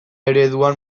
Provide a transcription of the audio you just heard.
ereduan